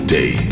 Day